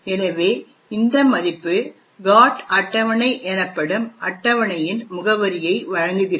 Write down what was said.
எனவே இந்த மதிப்பு GOT அட்டவணை எனப்படும் அட்டவணையின் முகவரியை வழங்குகிறது